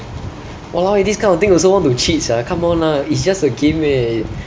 !walao! eh this kind of thing also want to cheat sia come on lah it's just a game eh